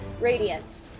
Radiant